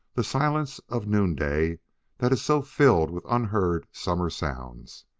the silence of noonday that is so filled with unheard summer sounds.